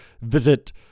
visit